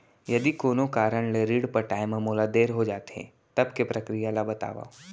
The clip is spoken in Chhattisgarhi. यदि कोनो कारन ले ऋण पटाय मा मोला देर हो जाथे, तब के प्रक्रिया ला बतावव